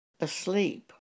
asleep